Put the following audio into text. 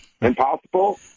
impossible